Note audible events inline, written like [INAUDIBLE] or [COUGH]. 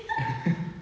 [LAUGHS]